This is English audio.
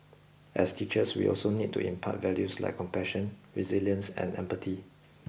as teachers we also need to impart values like compassion resilience and empathy